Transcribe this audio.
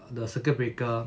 the circuit breaker